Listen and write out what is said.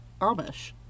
Amish